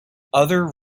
other